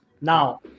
Now